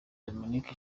dominic